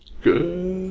Good